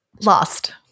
Lost